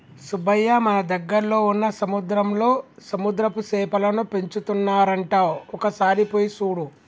సుబ్బయ్య మన దగ్గరలో వున్న సముద్రంలో సముద్రపు సేపలను పెంచుతున్నారంట ఒక సారి పోయి సూడు